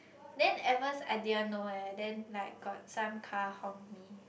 then at first I didn't know eh then like got some car honk me